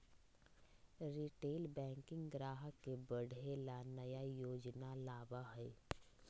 retail banking ग्राहक के बढ़े ला नया योजना लावा हई